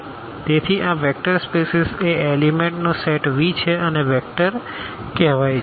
તેથી આ vector spaces એ એલીમેન્ટનો સેટ V છે અને વેક્ટર કહેવાય છે